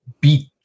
beat